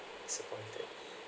disappointed